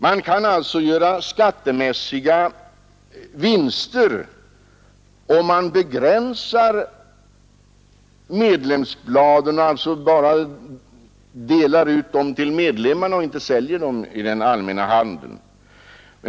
Man kan göra skattemässiga vinster om man begränsar medlemsbladens spridning och bara delar ut dem till medlemmarna och alltså inte säljer dem i den allmänna handeln.